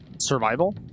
survival